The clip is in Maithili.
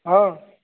हँ